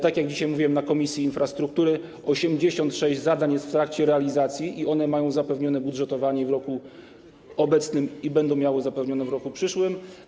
Tak jak dzisiaj mówiłem na posiedzeniu Komisji Infrastruktury, 86 zadań jest w trakcie realizacji i one mają zapewnione budżetowanie w roku obecnym i będą miały zapewnione w roku przyszłym.